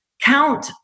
count